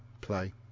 play